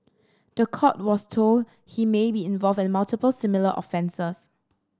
the court was told he may be involved in multiple similar offences